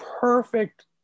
perfect